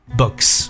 books